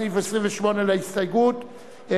הסתייגות מס' 28,